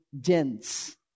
dense